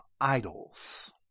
idols